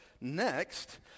next